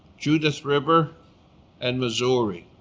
judith river and missouri